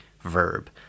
verb